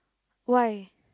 why